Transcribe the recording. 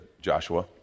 Joshua